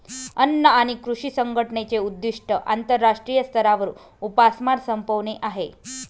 अन्न आणि कृषी संघटनेचे उद्दिष्ट आंतरराष्ट्रीय स्तरावर उपासमार संपवणे आहे